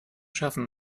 schaffen